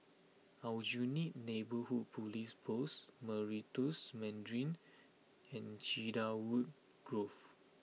Aljunied Neighbourhood Police Post Meritus Mandarin and Cedarwood Grove